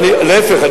להיפך,